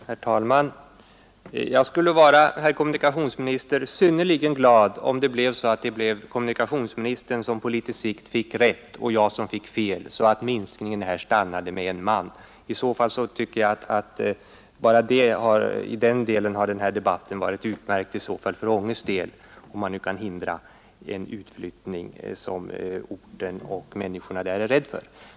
Herr talman! Jag skulle bli synnerligen glad, herr kommunikationsminister, om det på litet sikt blev kommunikationsministern som fick rätt och jag som fick fel och att alltså reduceringen i detta fall kom att stanna vid en man. I så fall tycker jag att bara i den delen har denna debatt varit av godo för Anges vidkommande, nämligen om den kan bidra till att hindra den utflyttning från orten som människorna där är oroade över.